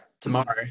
tomorrow